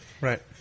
Right